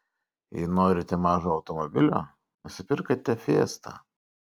jei norite mažo automobilio nusipirkite fiesta